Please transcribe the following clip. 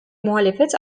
muhalefet